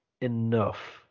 enough